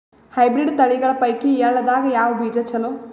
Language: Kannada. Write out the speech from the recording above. ಹೈಬ್ರಿಡ್ ತಳಿಗಳ ಪೈಕಿ ಎಳ್ಳ ದಾಗ ಯಾವ ಬೀಜ ಚಲೋ?